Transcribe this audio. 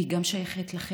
היא שייכת גם לכם,